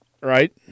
right